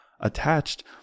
Attached